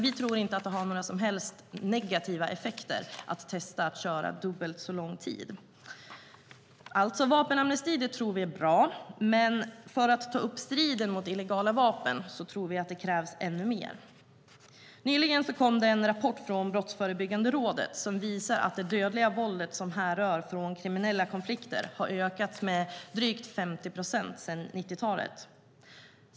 Vi tror inte att det har några som helst negativa effekter att testa att köra dubbelt så lång tid. Vapenamnesti tycker vi är bra, men för att ta upp striden mot illegala vapen tror vi att det krävs ännu mer. Nyligen kom det en rapport från Brottsförebyggande rådet som visar att det dödliga våld som härrör från kriminella konflikter har ökat med drygt 50 procent sedan 1990-talet.